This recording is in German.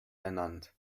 ernannt